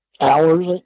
hours